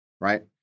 right